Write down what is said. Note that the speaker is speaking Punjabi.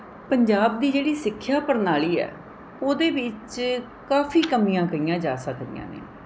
ਪੰਜਾਬ ਦੀ ਜਿਹੜੀ ਸਿੱਖਿਆ ਪ੍ਰਣਾਲੀ ਹੈ ਉਹਦੇ ਵਿੱਚ ਕਾਫੀ ਕਮੀਆਂ ਕਹੀਆਂ ਜਾ ਸਕਦੀਆਂ ਨੇ